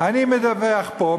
אני מדווח פה,